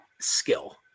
skill